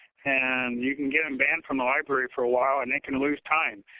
and you can get them banned from the library for a while and they can lose time.